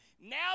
Now